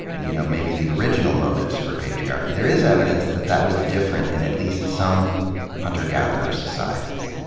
you know maybe the original motives for patriarchy there is evidence that that was different in at least some hunter-gatherer societies.